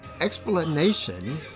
explanation